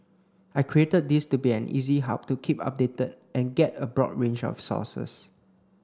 I created this to be an easy hub to keep updated and get a broad range of sources